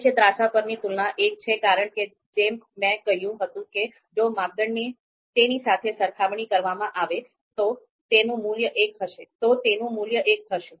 મુખ્ય ત્રાંસા પરની તુલના 1 છે કારણ કે જેમ મેં કહ્યું હતું કે જો માપદંડની તેની સાથે સરખામણી કરવામાં આવે તો તેનું મૂલ્ય 1 થશે